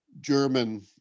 German